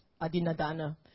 adinadana